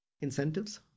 Incentives